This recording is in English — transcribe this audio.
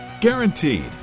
Guaranteed